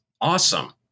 awesome